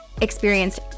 Experienced